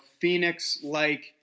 Phoenix-like